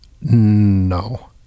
No